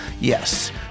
Yes